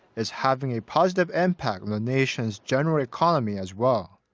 is having a positive impact on the nation's general economy as well.